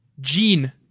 Gene